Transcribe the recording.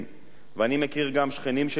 ואני מכיר גם שכנים שלי שהייתי רואה אותם